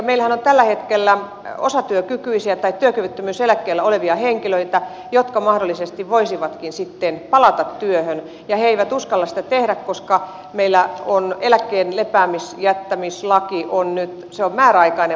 meillähän on tällä hetkellä osatyökykyisiä tai työkyvyttömyyseläkkeellä olevia henkilöitä jotka mahdollisesti voisivatkin sitten palata työhön ja he eivät uskalla sitä tehdä koska meillä eläkkeen lepäämäänjättämislaki on nyt määräaikainen